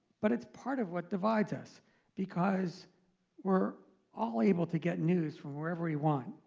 but it's part of what divides us because we're all able to get news from wherever we want.